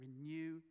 renew